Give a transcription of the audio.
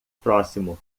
próximo